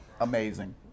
Amazing